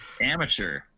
Amateur